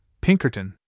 Pinkerton